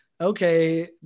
okay